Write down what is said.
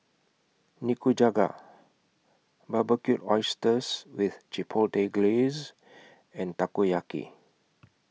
Nikujaga Barbecued Oysters with Chipotle Glaze and Takoyaki